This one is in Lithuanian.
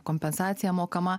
kompensacija mokama